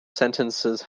sentences